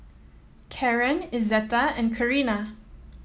Karren Izetta and Carina